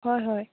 হয় হয়